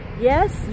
Yes